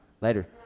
Later